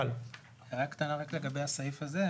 הערה קטנה רק לגבי הסעיף הזה,